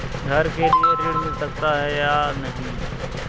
घर के लिए ऋण मिल सकता है या नहीं?